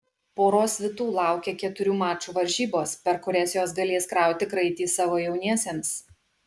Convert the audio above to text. poros svitų laukia keturių mačų varžybos per kurias jos galės krauti kraitį savo jauniesiems